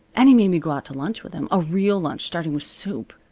and he made me go out to lunch with him. a real lunch, starting with soup.